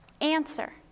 answer